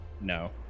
no